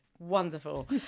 Wonderful